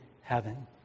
heaven